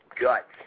guts